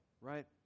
right